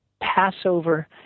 Passover